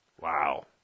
Wow